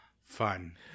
Fun